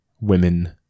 women